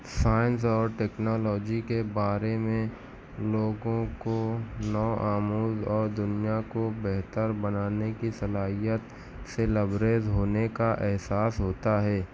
science اور technology کے بارے میں لوگوں کو نو آموز اور دنیا کو بہتر بنانے کی صلاحیت سے لبریز ہونے کا احساس ہوتا ہے